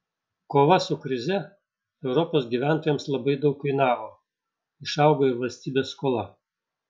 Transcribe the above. kova su krize europos gyventojams labai daug kainavo išaugo ir valstybės skola